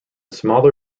smaller